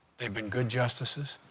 they've been good justices.